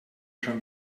schon